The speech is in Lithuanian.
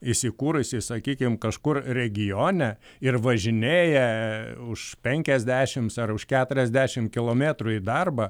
įsikūrusi sakykim kažkur regione ir važinėja už pekiasdešimts ar už keturiasdešimt kilometrų į darbą